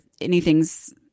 anything's